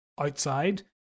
outside